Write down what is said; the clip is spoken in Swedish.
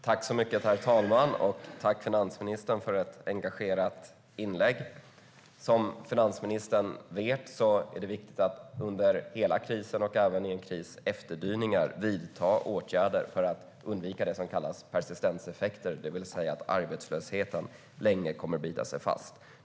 Herr talman! Tack, finansministern, för ett engagerat inlägg! Som finansministern vet är det viktigt att under hela krisen och även i krisens efterdyningar vidta åtgärder för att undvika det som kallas persistenseffekter, det vill säga att arbetslösheten kommer att bita sig fast länge.